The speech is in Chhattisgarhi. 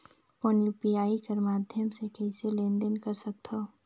कौन यू.पी.आई कर माध्यम से कइसे लेन देन कर सकथव?